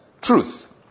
truth